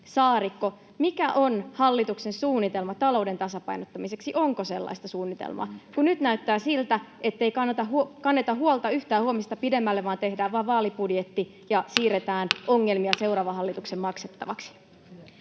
Saarikko: Mikä on hallituksen suunnitelma talouden tasapainottamiseksi? Onko sellaista suunnitelmaa? Kun nyt näyttää siltä, ettei kanneta huolta yhtään huomista pidemmälle, vaan tehdään vain vaalibudjetti ja siirretään ongelmia seuraavan hallituksen maksettavaksi.